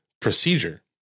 procedure